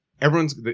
everyone's